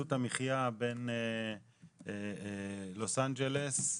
עלות המחייה בין לוס אנג'לס,